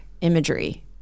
imagery